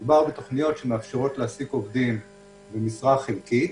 מדובר בתוכניות שמאפשרות להעסיק עובדים במשרה חלקית